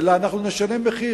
אלא שאנחנו נשלם מחיר.